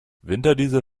winterdiesel